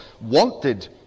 wanted